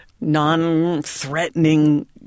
non-threatening